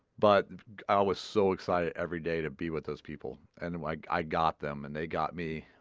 but i was so excited every day to be with those people and and like i got them and they got me.